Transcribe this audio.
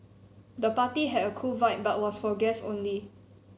the party had a cool vibe but was for guests only